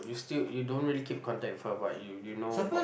you still you don't really keep contact with her but you you know about